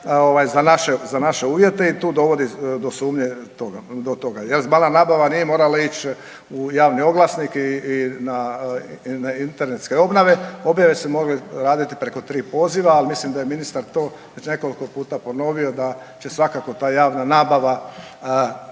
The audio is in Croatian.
za naše uvjete i tu dovodi do sumnje toga. Jer javna nabava nije morala ići u javni oglasnik i na internetske objave već su mogli raditi preko tri poziva. Ali mislim da je ministar to već nekoliko puta ponovio da će svakako ta javna nabava,